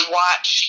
watch